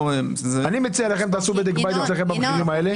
אני מציע לכם שתעשו בדק בית לגבי המחירים האלה.